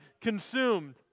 consumed